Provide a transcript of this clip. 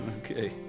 okay